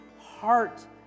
heart